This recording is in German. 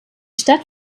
stadt